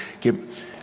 give